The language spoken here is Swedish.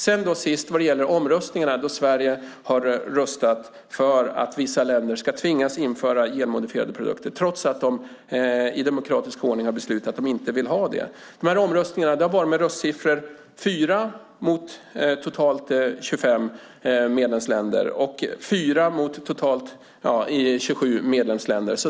Sist vill jag ta upp de omröstningar där Sverige har röstat för att vissa länder ska tvingas införa genmodifierade produkter trots att de i demokratisk ordning har beslutat att de inte vill ha det. Omröstningarna har gett röstsiffrorna 4 mot totalt 25 medlemsländer och 4 mot totalt 27 medlemsländer.